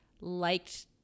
liked